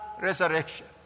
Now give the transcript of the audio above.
resurrection